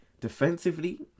Defensively